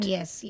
Yes